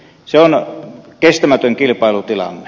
se on kestämätön kilpailutilanne